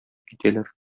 китәләр